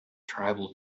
tribal